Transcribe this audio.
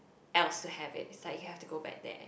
else to have it's like you have to go back there